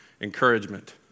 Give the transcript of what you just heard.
encouragement